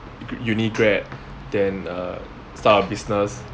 uni grad then uh start a business